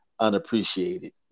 Unappreciated